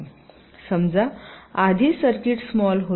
समजा आधी circuits small होती